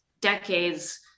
decades